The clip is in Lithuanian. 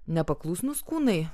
nepaklusnūs kūnai